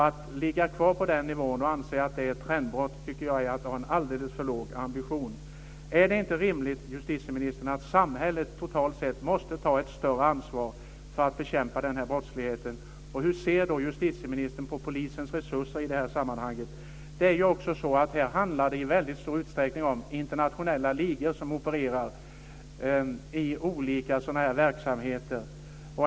Att ligga kvar på den nivån och anse att det är ett trendbrott tycker jag är att ha en alldeles för låg ambition. Är det inte rimligt, justitieministern, att samhället totalt sett måste ta ett större ansvar för att bekämpa den här brottsligheten? Och hur ser justitieministern på polisens resurser i det här sammanhanget? Här handlar det i väldigt stor utsträckning om internationella ligor som opererar i olika sådana här verksamheter.